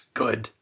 good